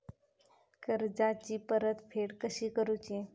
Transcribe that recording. कर्जाची परतफेड कशी करुची?